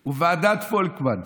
היא ועדת פולקמן.